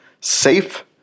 safe